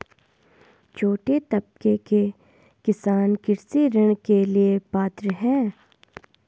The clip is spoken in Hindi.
छोटे तबके के किसान कृषि ऋण के लिए पात्र हैं?